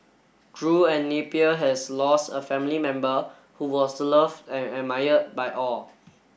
Drew and Napier has lost a family member who was loved and admired by all